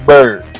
Bird